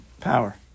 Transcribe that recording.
Power